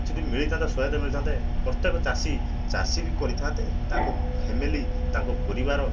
କିଛିଦିନ ମିଳିଥନ୍ତା ସହାୟତା ମିଳିଥାନ୍ତା ପ୍ରତ୍ଯେକ ଚାଷୀ ଚାଷୀବି କରିଥାନ୍ତେ ତାଙ୍କ ଫେମିଲି ତାଙ୍କ ପାରିବାର